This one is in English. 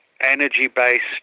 energy-based